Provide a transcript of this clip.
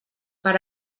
per